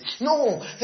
no